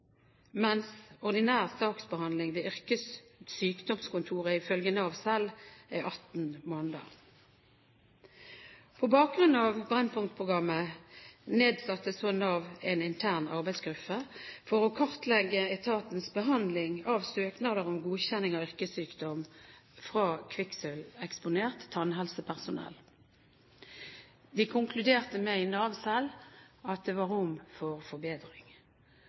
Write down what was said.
mens ordinær saksbehandling ved yrkessykdomskontoret ifølge Nav selv er 18 måneder. På bakgrunn av Brennpunkt-programmet nedsatte så Nav en intern arbeidsgruppe for å kartlegge etatens behandling av søknader om godkjenning av yrkessykdom fra kvikksølveksponert tannhelsepersonell. De konkluderte med i Nav selv at det var rom for forbedring.